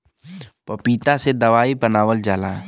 पपीता से दवाई बनावल जाला